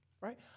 right